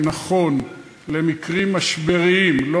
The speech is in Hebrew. דקות, לא